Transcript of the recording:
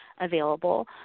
available